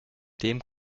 dem